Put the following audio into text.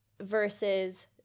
versus